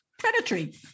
Predatory